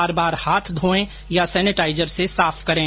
बार बार हाथ धोए या सेनेटाइजर से साफ करें